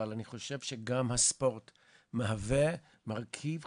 אבל אני חושב שגם הספורט מהווה מרכיב חשוב.